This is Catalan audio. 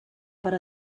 per